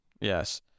yes